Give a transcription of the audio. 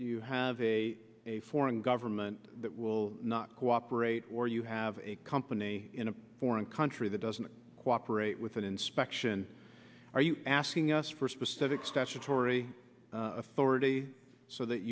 you have a a foreign government that will not cooperate where you have a company in a foreign country that doesn't cooperate with an inspection are you asking us for specific statutory authority so that